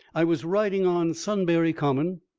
i was riding on sunbury common,